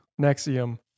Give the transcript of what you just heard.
Nexium